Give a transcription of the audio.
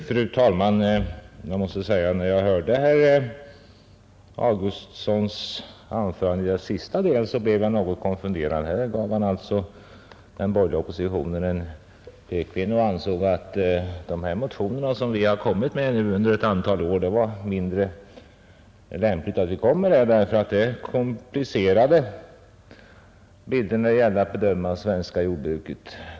Fru talman! När jag hörde den sista delen av herr Augustssons anförande blev jag något konfunderad. Herr Augustsson gav den borgerliga oppositionen en pekpinne; han ansåg att det var mindre lämpligt att vi väckte dessa motioner som vi nu under ett antal år fört fram — det skulle komplicera bedömningen av det svenska jordbruket.